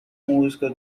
música